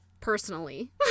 personally